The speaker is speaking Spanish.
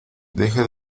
deja